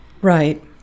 Right